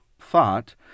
thought